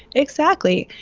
exactly.